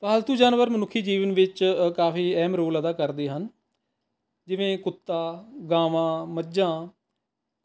ਪਾਲਤੂ ਜਾਨਵਰ ਮਨੁੱਖੀ ਜੀਵਨ ਵਿੱਚ ਕਾਫ਼ੀ ਅਹਿਮ ਰੋਲ ਅਦਾ ਕਰਦੇ ਹਨ ਜਿਵੇਂ ਕੁੱਤਾਂ ਗਾਵਾਂ ਮੱਝਾਂ